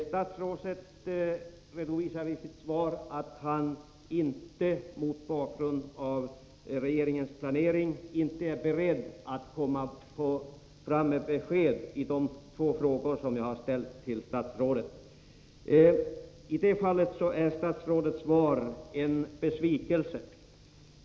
Statsrådet redovisade i sitt svar, mot bakgrund av regeringens planering, att han inte är beredd att komma med några besked när det gäller de två frågor som jag har ställt till honom. I detta avseende är statsrådets svar en besvikelse.